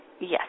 Yes